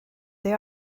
they